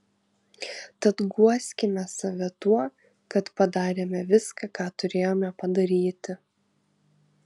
tad guoskime save tuo kad padarėme viską ką turėjome padaryti